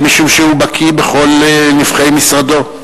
משום שהוא בקי בכל נבכי משרדו,